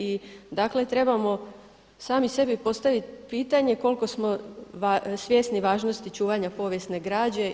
I dakle trebamo sami sebi postavit pitanje koliko smo svjesni važnosti čuvanja povijesne građe.